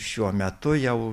šiuo metu jau